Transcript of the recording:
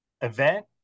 event